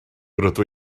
rydw